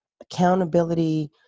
accountability